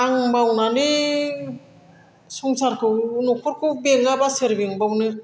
आं मावनानै संसारखौ न'खरखौ बेङाबा सोर बेंबावनो